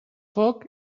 foc